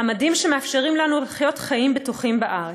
המדים שמאפשרים לנו לחיות חיים בטוחים בארץ.